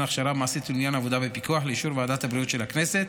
הכשרה מעשית ולעניין עבודה בפיקוח לאישור ועדת הבריאות של הכנסת,